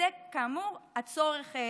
וזה כאמור הצורך החברתי.